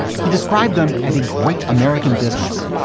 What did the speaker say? he described them as a great american business,